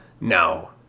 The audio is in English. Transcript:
No